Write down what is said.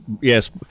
Yes